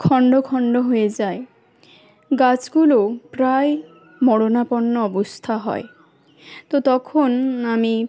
খন্ড খন্ড হয়ে যায় গাছগুলো প্রায় মরণাপন্ন অবস্থা হয় তো তখন আমি